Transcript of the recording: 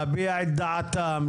להביע את דעתם,